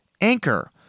Anchor